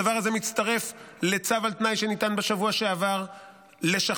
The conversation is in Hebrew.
הדבר הזה מצטרף לצו על תנאי שניתן בשבוע שעבר לשחרר,